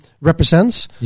represents